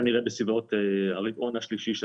המקום ייפתח כנראה בסביבות הרבעון השלישי של